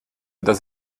das